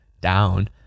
down